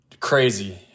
Crazy